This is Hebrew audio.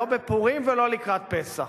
לא בפורים ולא לקראת פסח.